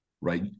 right